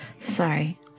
sorry